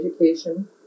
education